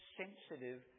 sensitive